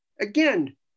Again